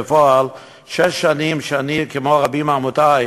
בפועל שש שנים שאני, כמו רבים מעמיתי,